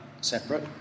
separate